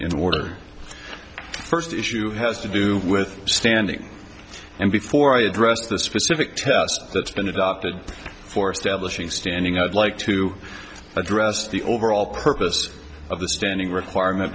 the order first issue has to do with standing and before i address the specific test that's been adopted for establishing standing out like to address the overall purpose of the standing requirement